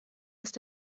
ist